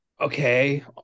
okay